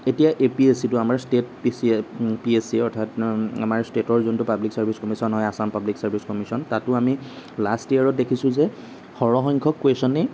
এতিয়া এপিএছচিটো আমাৰ ষ্টেট পিএছচি অৰ্থাৎ আমাৰ ষ্টেটৰ যোনটো পাব্লিক ছাৰ্ভিচ কমিশ্যন হয় আসাম পাব্লিক ছাৰ্ভিচ কমিশ্যন তাতো আমি লাষ্ট ইয়েৰত দেখিছো যে সৰহসংখ্যক কুৱেশ্যনেই